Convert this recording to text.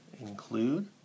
include